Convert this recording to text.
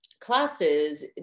classes